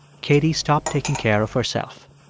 katie stopped taking care of herself.